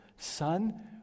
Son